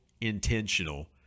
intentional